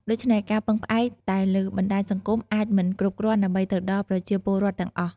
ដូច្នេះ ការពឹងផ្អែកតែលើបណ្ដាញសង្គមអាចមិនគ្រប់គ្រាន់ដើម្បីទៅដល់ប្រជាពលរដ្ឋទាំងអស់។